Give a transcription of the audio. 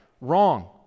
Wrong